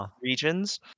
regions